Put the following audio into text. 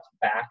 back